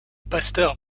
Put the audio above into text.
pasteur